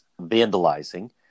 vandalizing